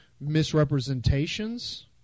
misrepresentations